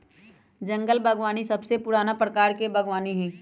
जंगल बागवानी सबसे पुराना प्रकार के बागवानी हई